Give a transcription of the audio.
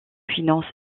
finances